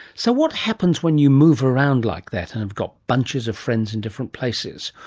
so what happens when you move around like that and have got bunches of friends in different places,